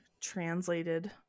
translated